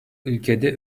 ülkede